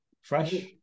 fresh